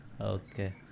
Okay